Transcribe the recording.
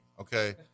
Okay